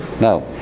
now